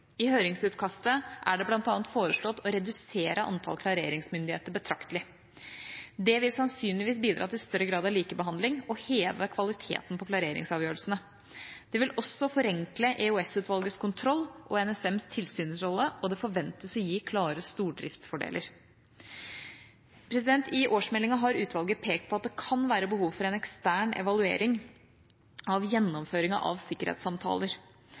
I høringsutkastet er det bl.a. foreslått å redusere antall klareringsmyndigheter betraktelig. Det vil sannsynligvis bidra til større grad av likebehandling og heve kvaliteten på klareringsavgjørelsene. Det vil også forenkle EOS-utvalgets kontroll og NSMs tilsynsrolle, og det forventes å gi klare stordriftsfordeler. I årsmeldinga har utvalget pekt på at det kan være behov for en ekstern evaluering av gjennomføringa av sikkerhetssamtaler.